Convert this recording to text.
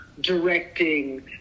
directing